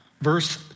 verse